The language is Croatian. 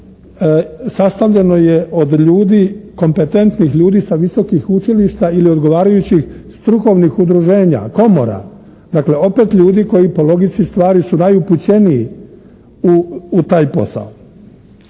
sastavljeno je od ljudi, kompetentnih ljudi sa visokim učilišta ili odgovarajućih strukovnih udruženja, komora. Dakle, opet ljudi koji po logici stvari su najupućeniji u taj posao.